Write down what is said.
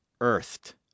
Earthed